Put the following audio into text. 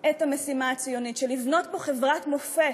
את המשימה הציונית, של לבנות פה חברת מופת,